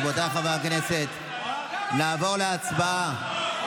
רבותיי חברי הכנסת, נעבור להצבעה.